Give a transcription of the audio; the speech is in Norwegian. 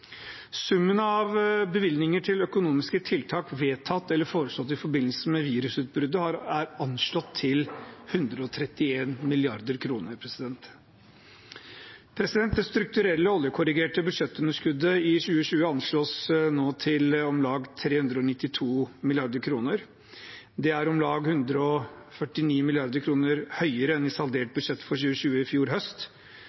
Summen av bevilgninger til økonomiske tiltak vedtatt eller foreslått i forbindelse med virusutbruddet er anslått til 131 mrd. kr. Det strukturelle oljekorrigerte budsjettunderskuddet i 2020 anslås nå til om lag 392 mrd. kr. Det er om lag 149 mrd. kr mer enn saldert budsjett for 2020 i